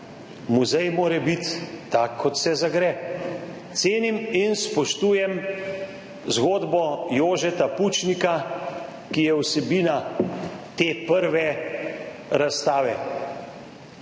muzej mora biti tak kot zagre. Cenim in spoštujem zgodbo Jožeta Pučnika, ki je vsebina te prve razstave.